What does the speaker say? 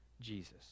Jesus